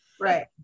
right